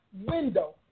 window